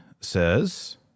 says